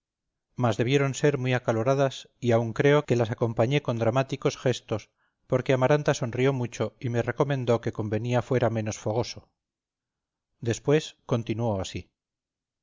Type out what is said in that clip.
mas debieron ser muy acaloradas y aún creo que las acompañé con dramáticos gestos porque amaranta sonrió mucho y me recomendó que convenía fuera menos fogoso después continuó así